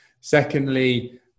Secondly